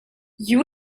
you